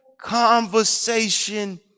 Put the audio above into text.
conversation